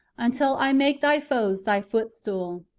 until i make thy foes thy footstool.